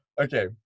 Okay